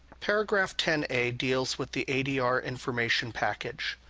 paragraph ten a deals with the adr information package.